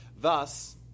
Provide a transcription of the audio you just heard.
Thus